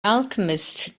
alchemist